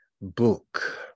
book